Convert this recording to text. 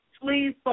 please